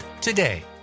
today